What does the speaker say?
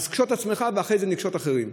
אז קשוט עצמך ואחרי זה נקשוט אחרים.